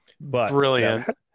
Brilliant